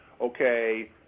Okay